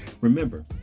Remember